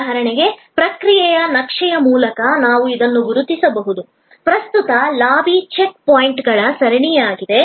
ಉದಾಹರಣೆಗೆ ಪ್ರಕ್ರಿಯೆಯ ನಕ್ಷೆಯ ಮೂಲಕ ನಾವು ಇದನ್ನು ಗುರುತಿಸಬಹುದು ಪ್ರಸ್ತುತ ಲಾಬಿ ಚೆಕ್ ಪಾಯಿಂಟ್ಗಳ ಸರಣಿಯಾಗಿದೆ